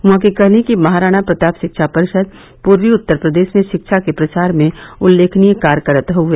उन्होंने कहा कि महाराणा प्रताप शिक्षा परिषद पूर्वी उत्तर प्रदेश में शिक्षा के प्रसार में उल्लेखनीय कार्य कर रही है